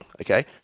okay